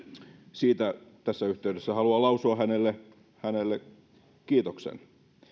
siitä tässä yhteydessä haluan lausua hänelle hänelle kiitoksen